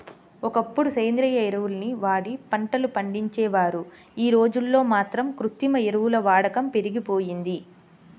ఒకప్పుడు సేంద్రియ ఎరువుల్ని వాడి పంటలు పండించేవారు, యీ రోజుల్లో మాత్రం కృత్రిమ ఎరువుల వాడకం పెరిగిపోయింది